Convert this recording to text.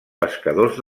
pescadors